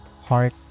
heart